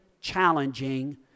challenging